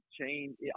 change